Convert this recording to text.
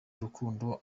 urukundo